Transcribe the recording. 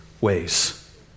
ways